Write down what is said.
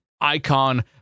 icon